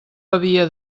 havia